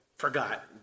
forgot